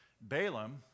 Balaam